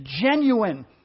genuine